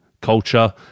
culture